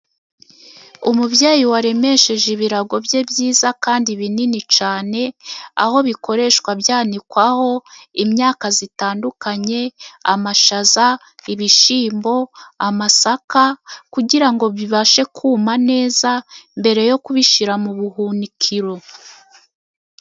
Umubyeyi waremesheje ibirago bye byiza kandi binini cyane, aho bikoreshwa byanikwaho imyaka itandukanye, amashaza, ibishyimbo, amasaka, kugira ngo bibashe kuma neza, mbere yo kubishyira mu buhunikiro.